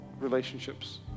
relationships